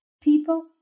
People